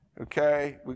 okay